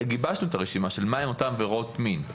וגיבשנו את הרשימה של מה הן אותן עבירות מין,